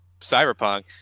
Cyberpunk